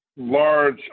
large